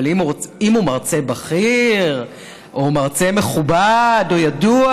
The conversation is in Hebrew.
אבל אם הוא מרצה בכיר או מרצה מכובד או ידוע,